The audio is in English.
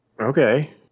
Okay